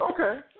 Okay